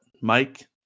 mike